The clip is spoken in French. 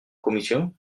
commission